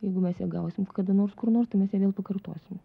jeigu mes ją gausim kada nors kur nors tai mes ją vėl pakartosim